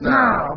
now